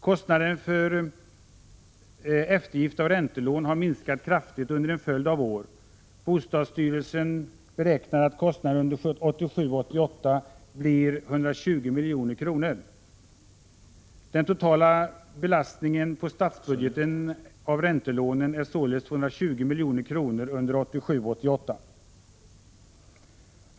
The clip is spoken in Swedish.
Kostnaden för eftergift av räntelån har minskat kraftigt under en följd av år. Bostadsstyrelsen beräknar att kostnaden under 1987 88.